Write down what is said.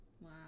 Wow